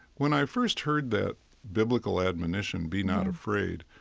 when i first heard that biblical admonition be not afraid,